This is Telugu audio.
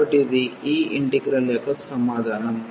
కాబట్టి ఇది ఈ ఇంటిగ్రల్యొక్క సమాధానం